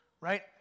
right